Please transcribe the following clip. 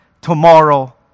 tomorrow